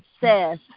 says